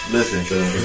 Listen